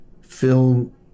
Film